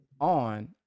on